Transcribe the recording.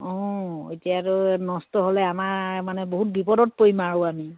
অঁ এতিয়াতো নষ্ট হ'লে আমাৰ মানে বহুত বিপদত পৰিম আৰু আমি